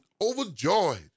overjoyed